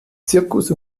zirkus